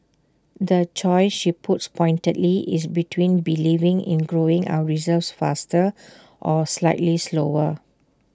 the choice she puts pointedly is between believing in growing our reserves faster or slightly slower